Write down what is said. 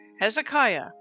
Hezekiah